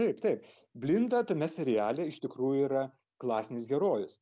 taip taip blinda tame seriale iš tikrųjų yra klasinis herojus